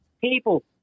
people